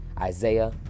Isaiah